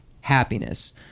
happiness